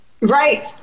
Right